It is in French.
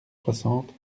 soixante